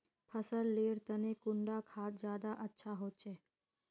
फसल लेर तने कुंडा खाद ज्यादा अच्छा होचे?